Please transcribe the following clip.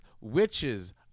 witches